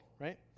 right